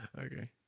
Okay